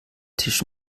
tisch